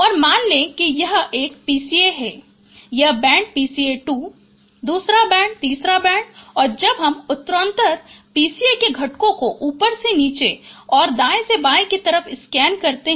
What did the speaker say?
और मान लें कि यह एक PCA 1 है यह बैंड PCA 2 दूसरा बैंड तीसरा बैंड है जब हम उत्तरोत्तर PCA के घटकों को ऊपर से नीचे और का दाएं से बाएं कि तरफ स्कैन करते हैं